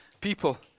people